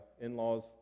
in-laws